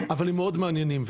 אבל הם מאוד מעניינים,